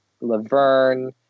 Laverne